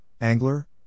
Angler